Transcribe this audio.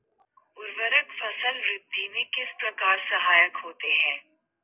उर्वरक फसल वृद्धि में किस प्रकार सहायक होते हैं?